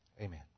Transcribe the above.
Amen